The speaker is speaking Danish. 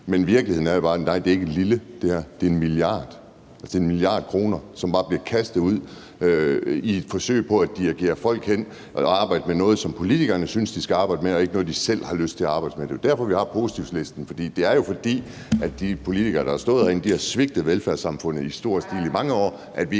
Men virkeligheden er jo bare, at nej, det her er ikke småt – det er 1 mia. kr. Altså, det er 1 mia. kr., som bare bliver kastet ud i et forsøg på at dirigere folk hen at arbejde med noget, som politikerne synes de skal arbejde med, og ikke noget, de selv har lyst til at arbejde med. Det er jo derfor, vi har positivlisten. Det er jo, fordi de politikere, der har stået herinde, har svigtet velfærdssamfundet i stor stil i mange år,